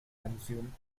consume